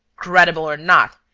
credible or not,